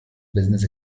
business